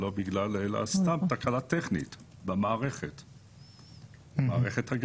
אלא סתם תקלה טכנית במערכת הגז.